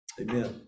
amen